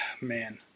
man